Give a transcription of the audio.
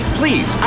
please